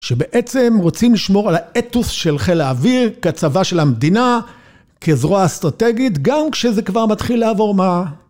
שבעצם רוצים לשמור על האתוס של חיל האוויר כצבא של המדינה, כזרוע אסטרטגית, גם כשזה כבר מתחיל לעבור מה?